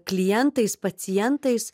klientais pacientais